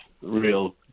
real